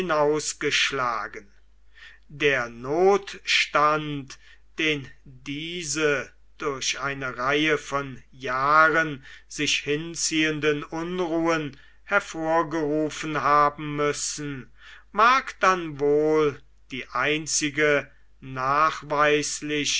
hinausgeschlagen der notstand den diese durch eine reihe von jahren sich hinziehenden unruhen hervorgerufen haben müssen mag dann wohl die einzige